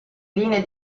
linee